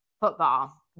football